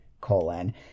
colon